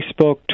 Facebook